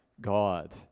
God